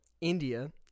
India